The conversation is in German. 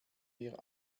wir